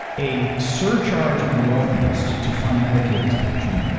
a surcharge on the wealthiest to fund medicaid expansion,